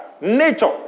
nature